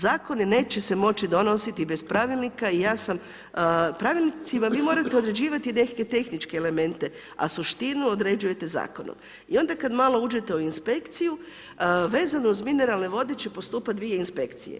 Zakon neće se moći donositi bez pravilnika i ja sam, pravilnicima vi morate odrađivati neke tehničke elemente a suštinu određujete zakonom i onda kad malo uđete u inspekciju vezano uz mineralno vode će postupati dvije inspekcije.